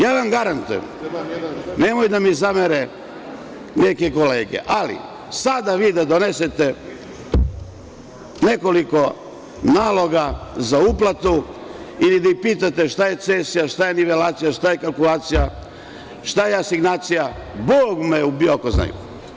Ja vam garantujem, da mi ne zamere neke kolege, ali sada donesete nekoliko naloga za uplatu i da ih pitate šta je cesija, šta je nivelacija, šta je kalkulacija, šta je asignacija, Bog me ubio ako znaju.